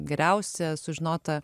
geriausia sužinota